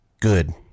good